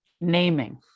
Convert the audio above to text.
naming